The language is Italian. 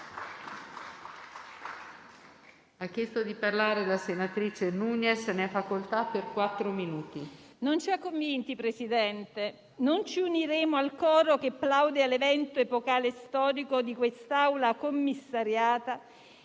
Non ci ha convinti, presidente Draghi. Non ci uniremo al coro che plaude all'evento epocale e storico di quest'Assemblea commissariata